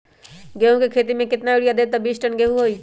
गेंहू क खेती म केतना यूरिया देब त बिस टन गेहूं होई?